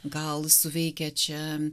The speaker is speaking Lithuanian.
gal suveikė čia